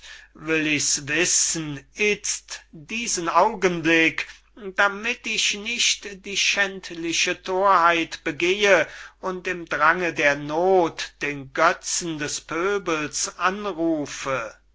will ichs wissen itzt diesen augenblick damit ich nicht die schändliche thorheit begehe und im drange der noth den götzen des pöbels anrufe